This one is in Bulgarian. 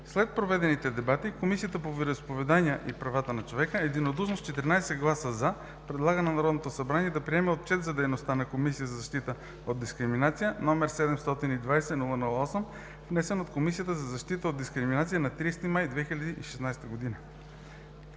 След проведените дебати, Комисията по вероизповеданията и правата на човека единодушно с 14 „за” предлага на Народното събрание да приеме Отчет за дейността на Комисията за защита от дискриминация, № 720-00-8, внесен от Комисията за защита от дискриминация на 30 май 2016 г.